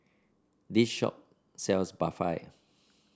this shop sells Barfi